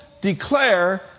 declare